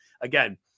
again